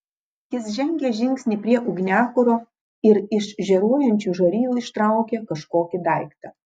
jis žengė žingsnį prie ugniakuro ir iš žėruojančių žarijų ištraukė kažkokį daiktą